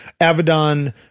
Avedon